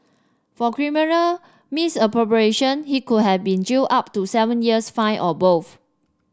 for criminal misappropriation he could have been jailed up to seven years fined or both